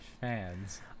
fans